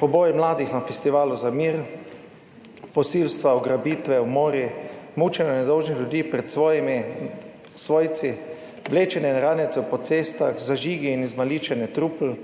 Poboj mladih na festivalu za mir, posilstva, ugrabitve, umori, mučenje nedolžnih ljudi pred svojci, vlečenje ranjencev po cestah, zažigi in izmaličenje trupel,